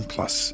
Plus